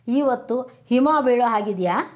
ಇವತ್ತು ಹಿಮ ಬೀಳೊ ಹಾಗಿದೆಯಾ